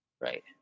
Right